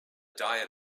diet